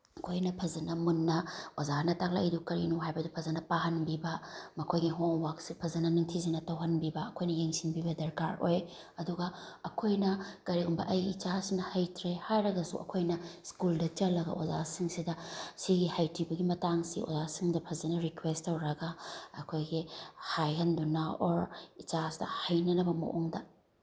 ꯑꯩꯈꯣꯏꯅ ꯐꯖꯅ ꯃꯨꯟꯅ ꯑꯣꯖꯥꯅ ꯇꯥꯛꯂꯛꯏꯗꯣ ꯀꯔꯤꯅꯣ ꯍꯥꯏꯕꯗꯨ ꯐꯖꯅ ꯄꯥꯍꯟꯕꯤꯕ ꯃꯈꯣꯏꯒꯤ ꯍꯣꯝꯋꯥꯛꯁꯦ ꯐꯖꯅ ꯅꯤꯡꯊꯤꯖꯅ ꯇꯧꯍꯟꯕꯤꯕ ꯑꯩꯈꯣꯏꯅ ꯌꯦꯡꯁꯤꯟꯕꯤꯕ ꯗꯔꯀꯥꯔ ꯑꯣꯏ ꯑꯗꯨꯒ ꯑꯩꯈꯣꯏꯅ ꯀꯔꯤꯒꯨꯝꯕ ꯑꯩꯒꯤ ꯏꯆꯥꯁꯤꯅ ꯍꯩꯇ꯭ꯔꯦ ꯍꯥꯏꯔꯒꯁꯨ ꯑꯩꯈꯣꯏꯅ ꯁ꯭ꯀꯨꯜꯗ ꯆꯠꯂꯒ ꯑꯣꯖꯥꯁꯤꯡꯁꯤꯗ ꯁꯤꯒꯤ ꯍꯩꯇ꯭ꯔꯤꯕꯒꯤ ꯃꯇꯥꯡꯁꯦ ꯑꯣꯖꯥꯁꯤꯡꯗ ꯐꯖꯅ ꯔꯤꯀ꯭ꯋꯦꯁ ꯇꯧꯔꯒ ꯑꯩꯈꯣꯏꯒꯤ ꯍꯥꯏꯍꯟꯗꯨꯅ ꯑꯣꯔ ꯏꯆꯥꯁꯤꯗ ꯍꯩꯅꯅꯕ ꯃꯑꯣꯡꯗ